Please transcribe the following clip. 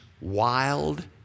wild